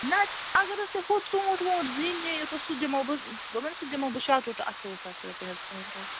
نہَ حظ اگر حظ تُہۍ ہُہ ژوٗنٛٹھۍ ووٗنٛٹھۍ زِنۍ ہیٚیِو تہٕ سُہ دِمہو بہٕ دوٚپمو سُہ دِمہو بہٕ شَتوُہ تہٕ اَٹھووُہ ساس رۄپیہِ حظ کۅںٛٹل